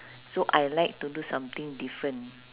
so I like to do something different